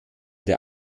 der